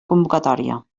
convocatòria